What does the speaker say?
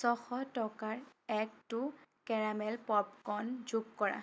ছশ টকাৰ এক টু কেৰামেল প'পকৰ্ণ যোগ কৰা